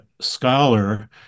scholar